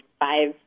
five